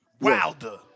Wilder